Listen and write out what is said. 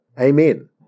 Amen